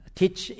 teach